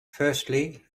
firstly